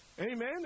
Amen